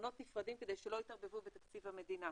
לחשבונות נפרדים כדי שהם לא יתערבבו בתקציב המדינה.